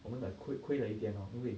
我们 like 亏亏了一点 lor 因为